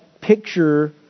picture